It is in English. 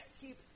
keep